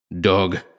Dog